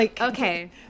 okay